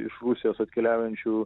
iš rusijos atkeliaujančių